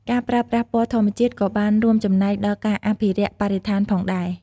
ការប្រើប្រាស់ពណ៌ធម្មជាតិក៏បានរួមចំណែកដល់ការអភិរក្សបរិស្ថានផងដែរ។